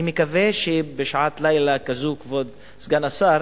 אני מקווה שבשעת לילה כזאת כבוד סגן השר